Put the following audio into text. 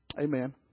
Amen